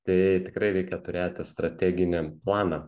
tai tikrai reikia turėti strateginį planą